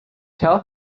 tell